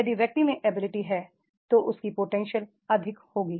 यदि व्यक्ति में एबिलिटी है तो उसकी पोटेंशियल अधिक होगी